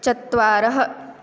चत्वारः